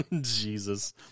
Jesus